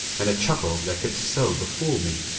and a chuckle that could so befool me?